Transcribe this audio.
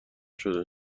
شده